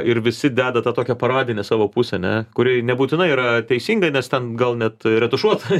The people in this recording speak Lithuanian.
ir visi deda tą tokią paradinę savo pusę ne kuri nebūtinai yra teisinga nes ten gal net retušuota